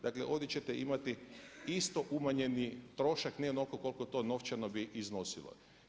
Dakle, ovdje ćete imati isto umanjeni trošak ne onoliko koliko to novčano bi iznosilo.